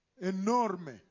Enorme